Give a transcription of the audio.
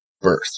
birth